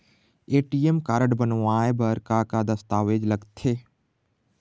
ATM card बनवाए बर का का दस्तावेज लगथे?